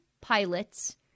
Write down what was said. pilots